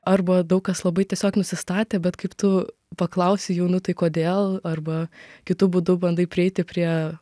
arba daug kas labai tiesiog nusistatę bet kaip tu paklausi jų nu tai kodėl arba kitu būdu bandai prieiti prie